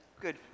Good